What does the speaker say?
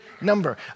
number